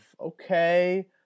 okay